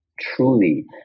truly